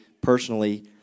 personally